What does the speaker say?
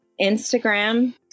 Instagram